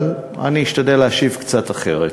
אבל אני אשתדל להשיב קצת אחרת.